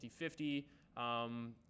50-50